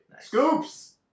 Scoops